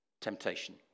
temptation